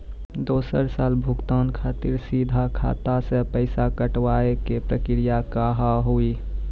दोसर साल भुगतान खातिर सीधा खाता से पैसा कटवाए के प्रक्रिया का हाव हई?